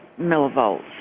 millivolts